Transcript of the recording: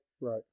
Right